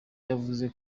yavuze